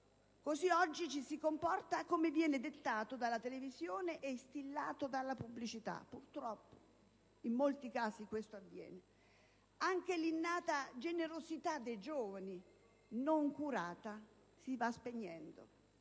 Così oggi ci si comporta come viene dettato dalla televisione e instillato dalla pubblicità; purtroppo in molti casi questo avviene. Anche l'innata generosità dei giovani, non curata, si va spegnendo: